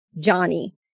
Johnny